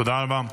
תודה רבה.